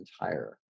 entire